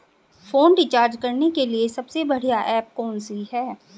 Phone recharge करने के लिए सबसे बढ़िया ऐप कौन सी है?